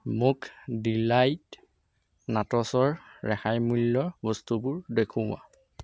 মোক ডিলাইট নাটছৰ ৰেহাই মূল্যৰ বস্তুবোৰ দেখুওৱা